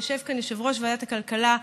ויושב כאן יושב-ראש ועדת הכלכלה,